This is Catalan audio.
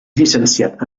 llicenciat